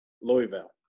louisville